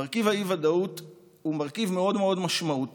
מרכיב האי-ודאות הוא מרכיב מאוד מאוד משמעותי,